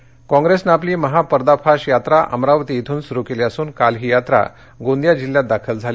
यात्रा गोंदिया काँप्रेसनं आपली महा पर्दाफाश यात्रा अमरावती इथून सुरु केली असून काल ही यात्रा गोंदिया जिल्ह्यात दाखल झाली